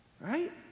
right